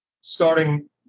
starting